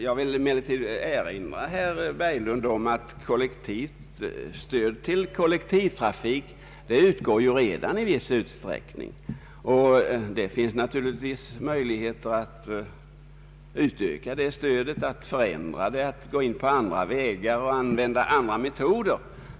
Jag vill emellertid erinra herr Berglund om att stöd till kollektivtrafik redan utgår i viss utsträckning. Det finns naturligtvis möjligheter att utöka det stödet, att förändra det, att gå på andra vägar och använda andra metoder.